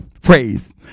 praise